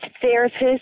therapist